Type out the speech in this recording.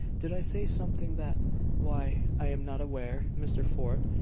did i say something that why, i am not aware, mr. fort,